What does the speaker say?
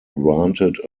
granted